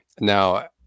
now